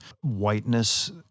whiteness